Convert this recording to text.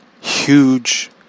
huge